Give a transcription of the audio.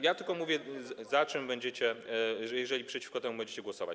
Ja tylko mówię, za czym będziecie, jeżeli przeciwko temu będziecie głosować.